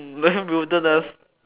wilderness